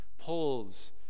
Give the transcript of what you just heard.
pulls